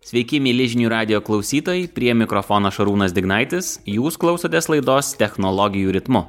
sveiki mieli žinių radijo klausytojai prie mikrofono šarūnas dignaitis jūs klausotės laidos technologijų ritmu